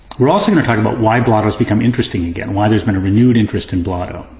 we're also gonna talk about why blotto has become interesting again. why there's been a renewed interest in blotto.